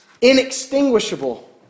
inextinguishable